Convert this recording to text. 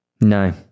no